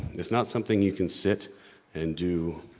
it's not something you can sit and do.